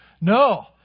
No